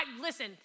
Listen